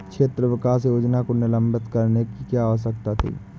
क्षेत्र विकास योजना को निलंबित करने की क्या आवश्यकता थी?